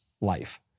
life